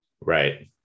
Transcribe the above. right